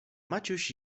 maciuś